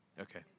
okay